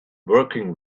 working